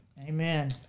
Amen